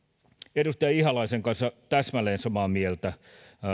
edustaja ihalaisen kanssa täsmälleen samaa mieltä